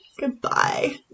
Goodbye